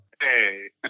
Hey